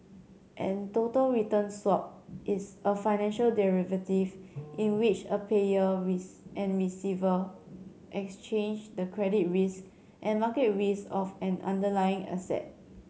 a total return swap is a financial derivative in which a payer and receiver exchange the credit risk and market risk of an underlying asset